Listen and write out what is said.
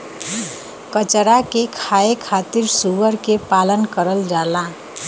कचरा के खाए खातिर सूअर के पालन करल जाला